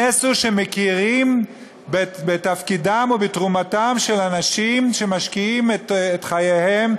הנס הוא שמכירים בתפקידם ובתרומתם של אנשים שמשקיעים את חייהם,